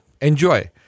enjoy